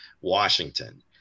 Washington